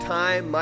time